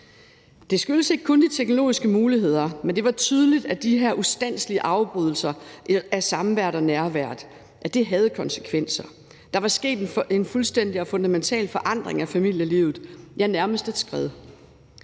Det skyldtes ikke kun de teknologiske muligheder, men det var tydeligt, at de her ustandselige afbrydelser af samværet og nærværet havde konsekvenser. Der var sket en fuldstændig og fundamental forandring af familielivet, ja, nærmest et skred.